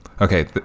okay